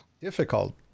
difficult